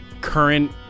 current